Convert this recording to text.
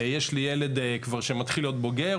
יש לי ילד שכבר מתחיל להיות בוגר,